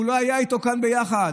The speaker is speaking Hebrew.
הוא לא היה איתו כאן ביחד.